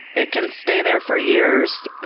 it can stay there for years,